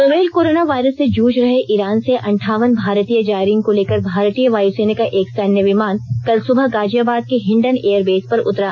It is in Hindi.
नोवल कोरोना वायरस से जूझ रहे ईरान से अंठावन भारतीय जायरीन को लेकर भारतीय वायुसेना का एक सैन्य विमान कल सुबह गाजियाबाद के हिंडन एयरबेस पर उतरा